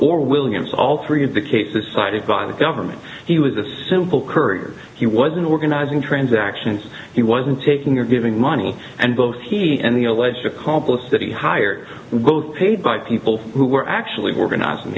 or williams all three of the cases cited by the government he was a simple courier he wasn't organizing transactions he wasn't taking or giving money and both he and the alleged accomplice that he hired both paid by people who were actually organizing